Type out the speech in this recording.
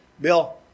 Bill